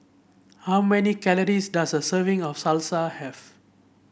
how many calories does a serving of Salsa have